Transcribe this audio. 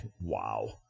wow